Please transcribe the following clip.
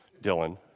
Dylan